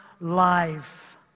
life